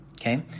Okay